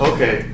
Okay